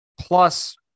plus